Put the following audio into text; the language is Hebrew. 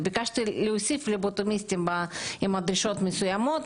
ביקשתי להוסיף פלבוטומיסטים עם דרישות מסוימות,